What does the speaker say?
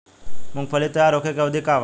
मूँगफली तैयार होखे के अवधि का वा?